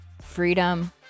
freedom